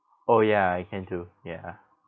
oh ya I can too ya